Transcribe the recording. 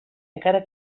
encara